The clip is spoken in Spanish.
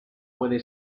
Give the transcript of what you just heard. puede